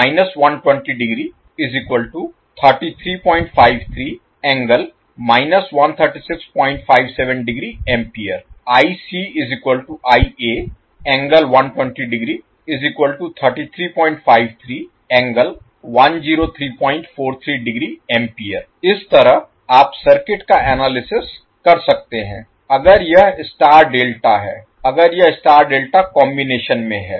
line current इस तरह आप सर्किट का एनालिसिस कर सकते हैं अगर यह स्टार डेल्टा है अगर यह स्टार डेल्टा कॉम्बिनेशन में है